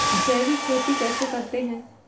जैविक खेती कैसे करते हैं?